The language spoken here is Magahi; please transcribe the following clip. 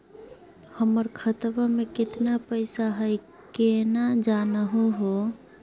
हमर खतवा मे केतना पैसवा हई, केना जानहु हो?